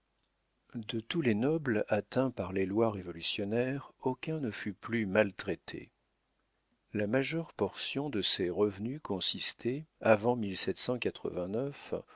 de tous les nobles atteints par les lois révolutionnaires aucun ne fut plus maltraité la majeure portion de ses revenus consistait avant